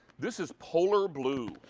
this is polar blue.